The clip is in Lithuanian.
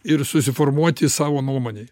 ir susiformuoti savo nuomonei